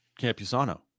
Campusano